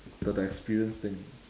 the the experience thing